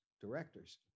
directors